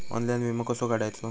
Online विमो कसो काढायचो?